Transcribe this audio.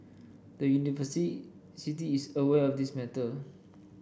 the is aware of this matter